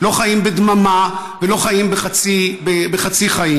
לא חיים בדממה ולא חיים בחצי חיים.